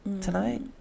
tonight